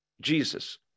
jesus